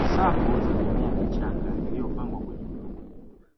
Safu za mimea michanga iliyopangwa kwenye udongo